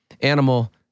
animal